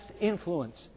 influence